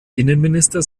innenminister